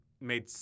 made